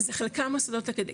זה חלקם מוסדות אקדמיים,